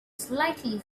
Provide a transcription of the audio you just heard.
slightly